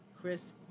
Chris